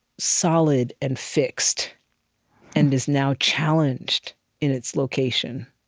solid and fixed and is now challenged in its location?